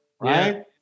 right